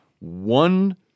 one